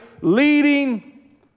leading